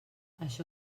això